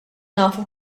nafu